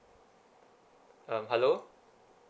um hello